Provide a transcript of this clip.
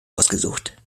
ausgesucht